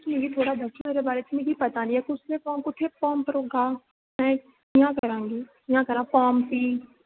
मिगी थोह्ड़ा दस्सो एह्दे बारे च मिगी पता नी ऐ कुत्थै फार्म भरोगा में कि'यां करां गी फार्म फीस